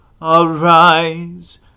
Arise